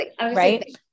Right